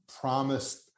promised